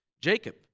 Jacob